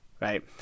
Right